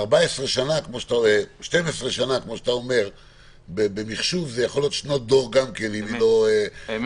12 שנה במחשוב זה יכול להיות שנות דור אם לא מעדכנים.